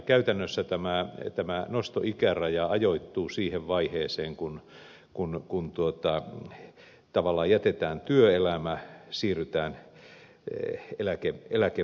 käytännössä tämä nostoikäraja ajoittuu siihen vaiheeseen kun tavallaan jätetään työelämä siirrytään eläkevaiheeseen